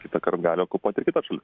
kitąkart gali okupuot ir kitas šalis